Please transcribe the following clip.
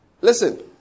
Listen